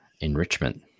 enrichment